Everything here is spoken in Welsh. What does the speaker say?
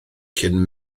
cyn